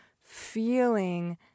feeling